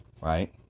right